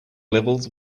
levels